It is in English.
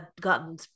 gotten